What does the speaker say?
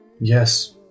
Yes